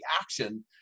action